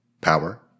Power